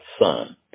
son